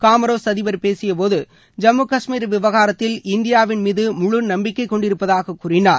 Comoros அதிபர் பேசிய போது ஜம்மு காஷ்மீர் விவகாரத்தில் இந்தியாவின் மீது முழு நம்பிக்கைக்கொண்டிருப்பதாகக் கூறினார்